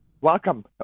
Welcome